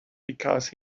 because